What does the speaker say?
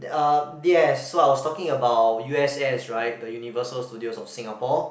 uh yes so I was talking about U_S_S right the Universal Studios of Singapore